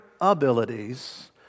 abilities